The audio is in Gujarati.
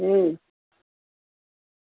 હમ